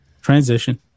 transition